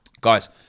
Guys